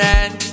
end